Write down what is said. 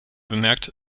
bemerkt